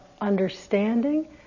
understanding